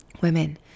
women